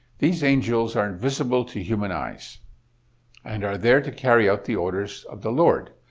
these angels are invisible to human eyes and are there to carry out the orders of the lord.